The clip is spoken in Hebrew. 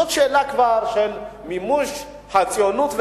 זו כבר שאלה של מימוש הציונות,